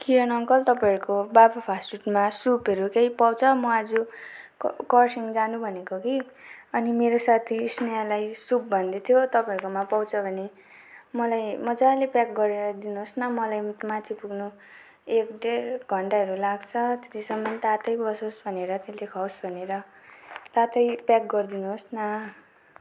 किरण uncle तपाईँहरूको बाको fast फुडमा सुपहरू केही पाउँछ म आज क कर्स्याङ जानु भनेको कि अनि मेरो साथी स्नेहालाई सुप भन्दै थियो तपाईँहरूकोमा पाउँछ भने मलाई मजाले प्याक गरेर दिनुहोस् न मलाई मुख माथि पुग्नु एक डेढ घन्टाहरू लाग्छ त्यतिसम्म तातै बसोस् भनेर त्यसले खाओस् भनेर तातै प्याक गरिदिनुहोस् न